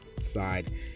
side